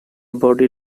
body